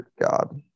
God